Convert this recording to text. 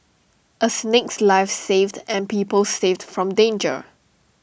A snake's life saved and people saved from danger